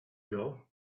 ago